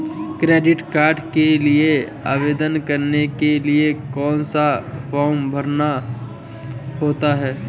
Credit card के लिए आवेदन करने के लिए कौन सा फॉर्म भरना होता है?